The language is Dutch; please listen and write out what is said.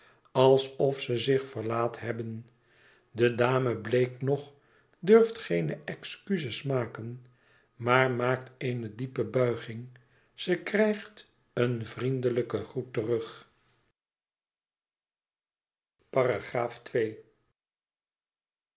alsof ze zich verlaat hebben de dame bleek nog durft geene excuzes maken maar maakt eene diepe buiging zij krijgt een vriendelijken groet terug